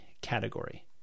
category